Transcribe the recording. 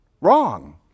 Wrong